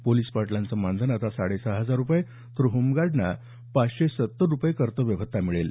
police पाटलांचं मानधन आता साडेसहा हजार रुपये तर होमगार्डना पाचशे सत्तर रुपये कर्तव्यभत्ता मिळेल